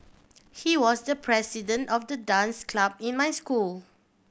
he was the president of the dance club in my school